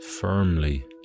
firmly